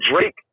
Drake